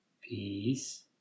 peace